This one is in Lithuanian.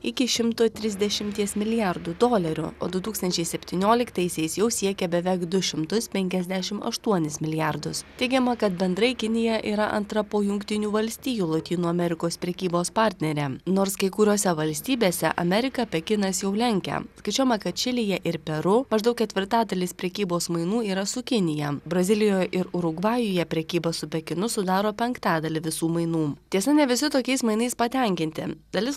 iki šimto trisdešimties milijardų dolerių o du tūkstančiai septynioliktaisiais jau siekė beveik du šimtus penkiasdešim aštuonis milijardus teigiama kad bendrai kinija yra antra po jungtinių valstijų lotynų amerikos prekybos partnerė nors kai kuriose valstybėse ameriką pekinas jau lenkia skaičiuojama kad čilėje ir peru maždaug ketvirtadalis prekybos mainų yra su kinija brazilijoje ir urugvajuje prekyba su pekinu sudaro penktadalį visų mainų tiesa ne visi tokiais mainais patenkinti dalis